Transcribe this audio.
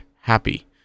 happy